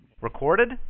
Recorded